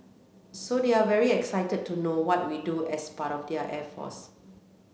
so they're very excited to know what we do as part of the air force